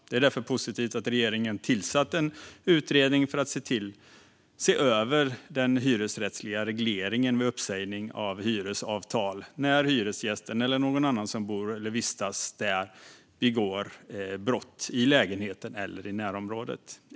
Det är därför positivt att regeringen har tillsatt en utredning för att se över den hyresrättsliga regleringen vid uppsägning av hyresavtal när hyresgästen eller någon annan som bor eller vistas där begår brott i lägenheten eller i närområdet.